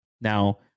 Now